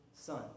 son